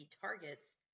Targets